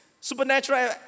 supernatural